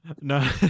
no